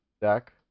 deck